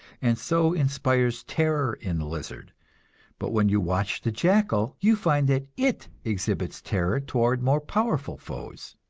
and so inspires terror in the lizard but when you watch the jackal you find that it exhibits terror toward more powerful foes.